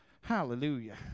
Hallelujah